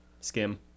Skim